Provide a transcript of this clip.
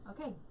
okay